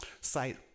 site